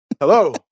Hello